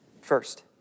first